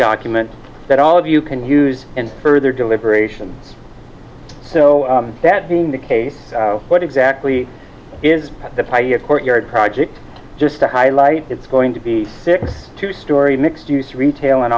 document that all of you can use and further deliberations so that being the case what exactly is the pioneer courtyard project just to highlight it's going to be sixty two story mixed use retail